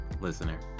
listener